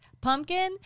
Pumpkin